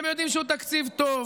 אתם יודעים שהוא תקציב טוב,